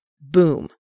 Boom